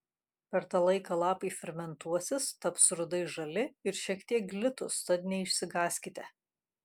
per tą laiką lapai fermentuosis taps rudai žali ir šiek tiek glitūs tad neišsigąskite